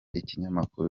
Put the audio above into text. ikinyamakuru